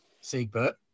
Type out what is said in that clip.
Siegbert